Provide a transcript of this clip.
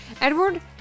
Edward